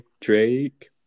Drake